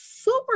super